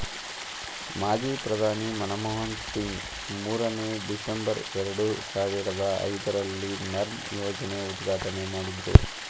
ಮಾಜಿ ಪ್ರಧಾನಿ ಮನಮೋಹನ್ ಸಿಂಗ್ ಮೂರನೇ, ಡಿಸೆಂಬರ್, ಎರಡು ಸಾವಿರದ ಐದರಲ್ಲಿ ನರ್ಮ್ ಯೋಜನೆ ಉದ್ಘಾಟನೆ ಮಾಡಿದ್ರು